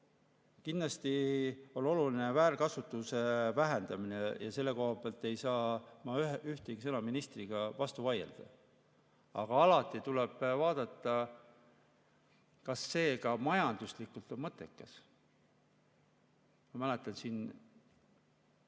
Kindlasti on oluline väärkasutuse vähendamine. Selle koha pealt ei saa ma ühegi sõnaga ministrile vastu vaielda. Aga alati tuleb vaadata, kas [muudatus] on ka majanduslikult mõttekas. Ma mäletan, mõni